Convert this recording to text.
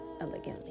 elegantly